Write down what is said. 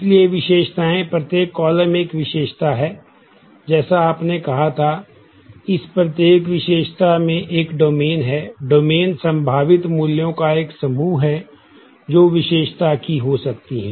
इसलिए विशेषताएँ प्रत्येक कॉलम संभावित मूल्यों का एक समूह है जो विशेषता की हो सकती है